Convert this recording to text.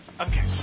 Okay